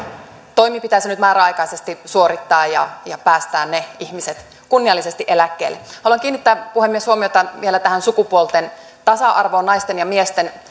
toimi pitäisi nyt määräaikaisesti suorittaa ja ja päästää ne ihmiset kunniallisesti eläkkeelle haluan kiinnittää puhemies huomiota vielä tähän sukupuolten tasa arvoon naisten ja miesten